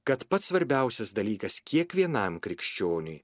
kad pats svarbiausias dalykas kiekvienam krikščioniui